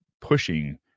pushing